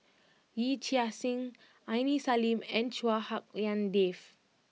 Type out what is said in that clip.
Yee Chia Hsing Aini Salim and Chua Hak Lien Dave